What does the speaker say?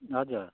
हजुर